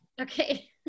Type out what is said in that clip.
Okay